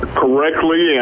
correctly